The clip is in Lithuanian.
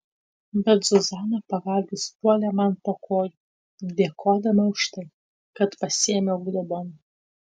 bet zuzana pavalgius puolė man po kojų dėkodama už tai kad pasiėmiau globon